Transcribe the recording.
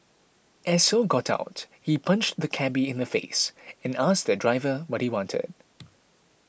as Ho got out he punched the cabby in the face and asked the driver what he wanted